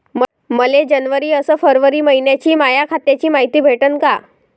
मले जनवरी अस फरवरी मइन्याची माया खात्याची मायती भेटन का?